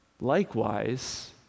Likewise